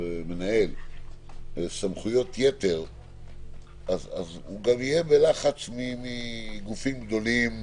מנהל סמכויות-יתר אז הוא גם יהיה בלחץ מגופים גדולים